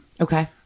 Okay